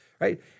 right